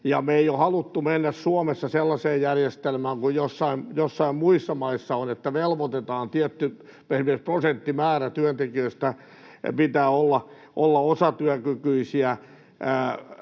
me ei ole haluttu mennä Suomessa sellaiseen järjestelmään kuin joissain muissa maissa on, että velvoitetaan, että työntekijöistä esimerkiksi